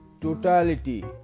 totality